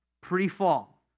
pre-fall